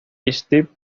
steve